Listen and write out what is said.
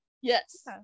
Yes